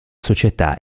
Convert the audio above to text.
società